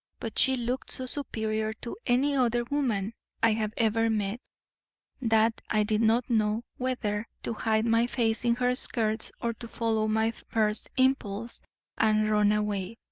but she looked so superior to any other woman i had ever met that i did not know whether to hide my face in her skirts or to follow my first impulse and run away.